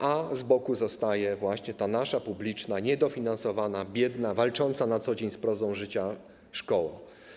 A z boku zostaje ta nasza publiczna, niedofinansowana, biedna, walcząca na co dzień z prozą życia szkoła.